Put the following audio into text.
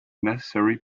necessary